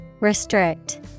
Restrict